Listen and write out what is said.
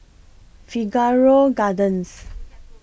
Figaro Gardens